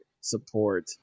Support